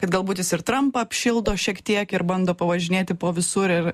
kad galbūt jis ir trampą apšildo šiek tiek ir bando pavažinėti po visur ir